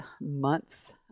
months